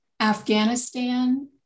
Afghanistan